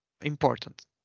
important